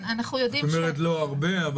את אומרת לא הרבה,